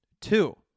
Two